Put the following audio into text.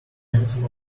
anthem